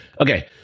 okay